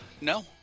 no